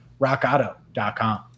Rockauto.com